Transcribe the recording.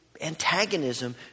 antagonism